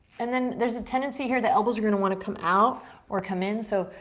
and then there's a tendency here, the elbows are gonna wanna come out or come in so,